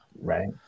Right